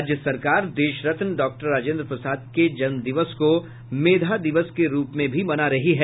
राज्य सरकार देशरत्न राजेन्द्र प्रसाद के जन्मदिवस को मेधा दिवस के रूप में भी मना रही है